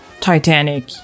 titanic